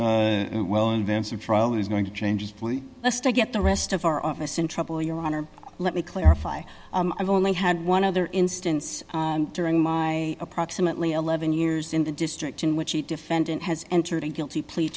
notice well in advance of trial is going to change plea a stay get the rest of our office in trouble your honor let me clarify i've only had one other instance during my approximately eleven years in the district in which the defendant has entered a guilty plea